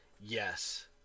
yes